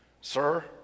Sir